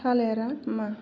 थालिरा मा